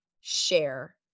share